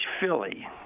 Philly